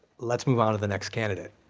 let's move on to the next candidate.